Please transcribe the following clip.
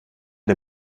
der